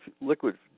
liquid